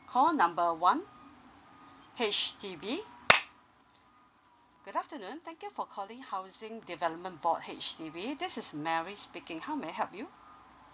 call number one H_D_B good afternoon thank you for calling housing development board H_D_B this is Mary speaking how may I help you